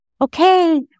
okay